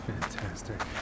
fantastic